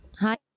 Hi